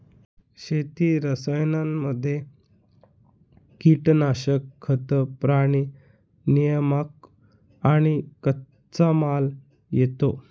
शेती रसायनांमध्ये कीटनाशक, खतं, प्राणी नियामक आणि कच्चामाल येतो